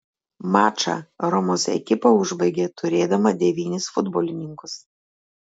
mačą romos ekipa užbaigė turėdama devynis futbolininkus